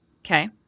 Okay